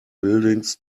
buildings